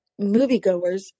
moviegoers